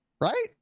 Right